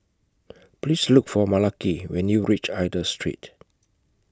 Please Look For Malaki when YOU REACH Aida Street